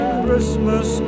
Christmas